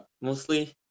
mostly